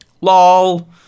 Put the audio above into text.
Lol